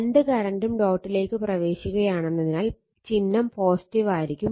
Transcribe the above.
രണ്ട് കറണ്ടും ഡോട്ടിലേക്ക് പ്രവേശിക്കുകയാണെന്നതിനാൽ ചിഹ്നം ആയിരിക്കും